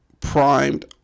primed